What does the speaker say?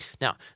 Now